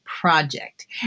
project